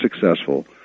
successful